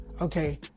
okay